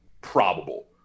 probable